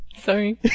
Sorry